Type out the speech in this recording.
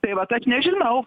tai vat aš nežinau